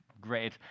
great